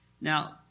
Now